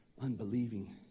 unbelieving